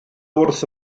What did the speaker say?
wrth